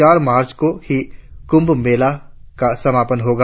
चार मार्च को ही कुंभ मेले का समापन होगा